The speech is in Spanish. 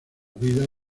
vidas